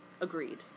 agreed